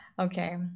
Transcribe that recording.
okay